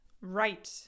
right